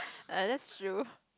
ah that's true